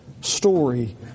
story